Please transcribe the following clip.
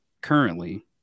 currently